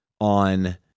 on